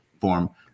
form